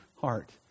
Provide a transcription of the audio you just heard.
heart